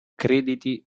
crediti